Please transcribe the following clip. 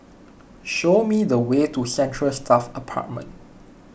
show me the way to Central Staff Apartment